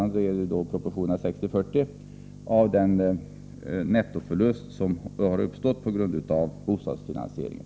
n. i proportionerna 60-40 — på den nettoförlust som uppstår på grund av bostadsfinansieringen.